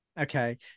Okay